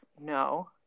no